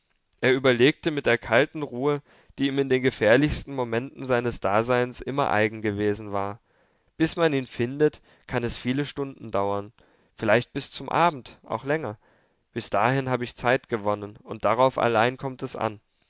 er überlegte mit der kalten ruhe die ihm in den gefährlichsten momenten seines daseins immer eigen gewesen war bis man ihn findet kann es viele stunden dauern vielleicht bis zum abend auch länger bis dahin hab ich zeit gewonnen und darauf allein kommt es an